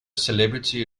celebrity